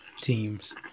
teams